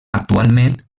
actualment